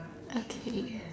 okay